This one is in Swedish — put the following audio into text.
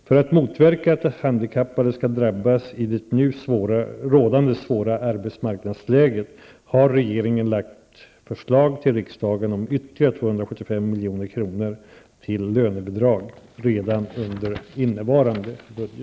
För att motverka att handikappade skall drabbas i det nu rådande svåra arbetsmarknadsläget har regeringen lagt förslag till riksdagen om ytterligare